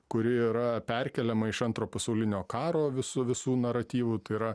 kuri yra perkeliama iš antro pasaulinio karo visų visų naratyvų yra